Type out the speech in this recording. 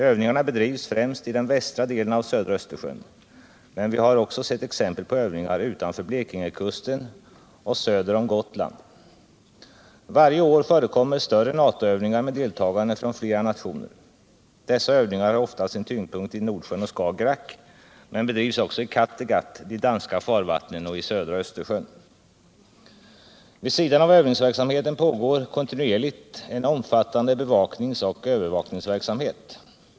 Övningarna bedrivs främst i den västra delen av södra Östersjön, men vi har också sett exempel på övningar utanför Blekingekusten och söder om Gotland. Varje år förekommer större NATO-övningar med deltagande från flera nationer. Dessa övningar har oftast sin tyngdpunkt i Nordsjön och Skagerack men bedrivs också i Kattegatt, de danska farvattnen och i södra Östersjön. Vid sidan av övningsverksamheten pågår kontinuerligt en omfattande bevakningsoch övervakningsverksamhet.